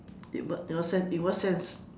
in what in what sense in what sense